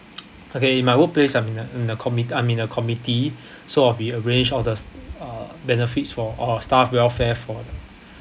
okay my workplace I'm in a in a I'm in a committee so I'll be arrange all those uh benefits for all our staff welfare for the